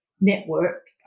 network